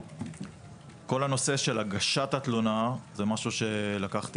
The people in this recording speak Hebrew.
לגבי כל הנושא של הגשת התלונה - זה משהו שלקחתי